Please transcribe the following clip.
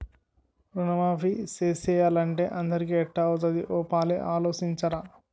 రుణమాఫీ సేసియ్యాలంటే అందరికీ ఎట్టా అవుతాది ఓ పాలి ఆలోసించరా